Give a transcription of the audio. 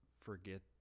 forget